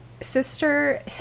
sister